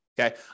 Okay